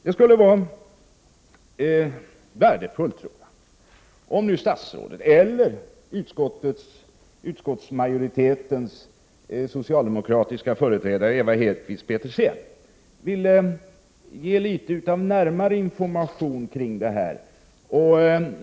Det skulle vara värdefullt, tror jag, om statsrådet eller utskottsmajoritetens socialdemokratiska företrädare Ewa Hedkvist Petersen nu ville ge litet närmare information kring det här.